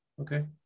Okay